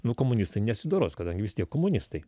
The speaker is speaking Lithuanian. nu komunistai nesidoros kadangi vis tiek komunistai